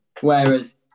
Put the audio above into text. Whereas